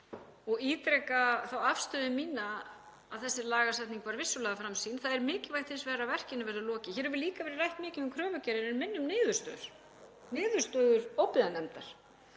og ítreka þá afstöðu mína að þessi lagasetning var vissulega framsýn. Það er hins vegar mikilvægt að verkinu verði lokið. Hér hefur líka verið rætt mikið um kröfugerðir en minna um niðurstöður, niðurstöður óbyggðanefndar.